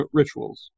rituals